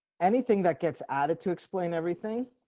anything that gets added to explain everything.